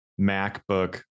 MacBook